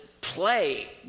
play